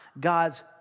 God's